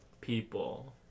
people